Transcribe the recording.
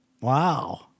Wow